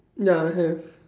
ya I have